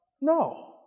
No